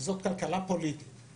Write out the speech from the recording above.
זאת כלכלה פוליטית